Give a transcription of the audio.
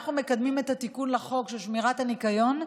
ואנחנו מקדמים את התיקון לחוק של שמירת הניקיון,